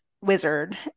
wizard